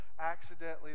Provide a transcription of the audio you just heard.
accidentally